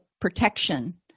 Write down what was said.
protection